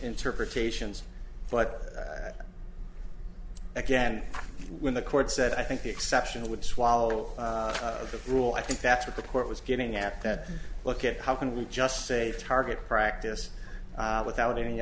interpretations but again when the court said i think the exception would swallow the rule i think that's what the court was getting at that look at how can we just say target practice without any